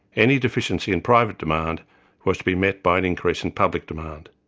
any deficiency in private demand was to be met by an increase in public demand.